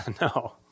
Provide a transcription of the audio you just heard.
No